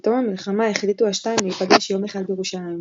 בתום המלחמה החליטו השתיים להפגש יום אחד בירושלים.